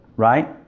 Right